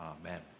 Amen